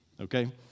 okay